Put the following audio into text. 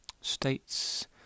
states